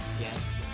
yes